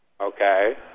Okay